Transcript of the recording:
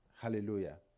Hallelujah